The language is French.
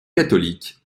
catholique